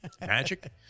Magic